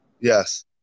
Yes